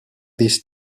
this